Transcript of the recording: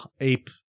ape